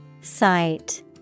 Sight